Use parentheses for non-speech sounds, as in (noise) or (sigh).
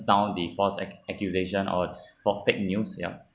down the false ac~ accusation or (breath) for fake news yup